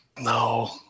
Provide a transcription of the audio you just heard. No